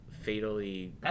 fatally